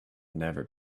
never